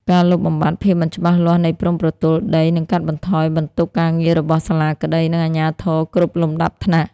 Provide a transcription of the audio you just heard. ការលុបបំបាត់ "ភាពមិនច្បាស់លាស់នៃព្រំប្រទល់ដី" នឹងកាត់បន្ថយបន្ទុកការងាររបស់សាលាក្ដី និងអាជ្ញាធរគ្រប់លំដាប់ថ្នាក់។